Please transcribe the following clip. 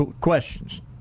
questions